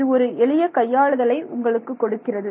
இது ஒரு எளிய கையாளுதலை உங்களுக்கு கொடுக்கிறது